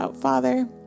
Father